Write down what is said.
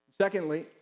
Secondly